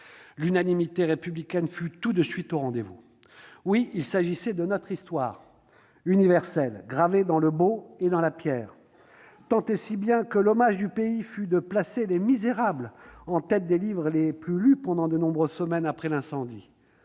L'unanimité républicaine fut tout de suite au rendez-vous. Oui, il s'agissait de notre histoire, universelle, gravée dans le beau et dans la pierre, tant et si bien que notre pays, en guise d'hommage, plaça l'auteur des en tête des ventes de livres durant de nombreuses semaines après l'incendie.